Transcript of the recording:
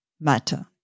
matter